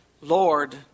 Lord